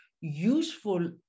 useful